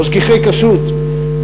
משגיחי כשרות.